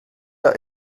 der